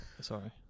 Sorry